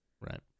Right